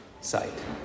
site